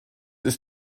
ist